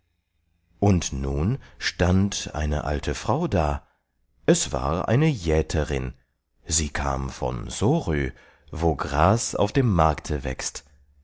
und nun stand eine alte frau da es war eine jäterin sie kam von sorö wo gras auf dem markte wächst